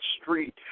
street